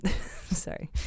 sorry